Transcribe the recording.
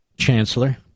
Chancellor